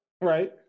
right